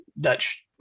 Dutch